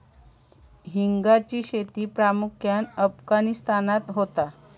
हिंगाची शेती प्रामुख्यान अफगाणिस्तानात होता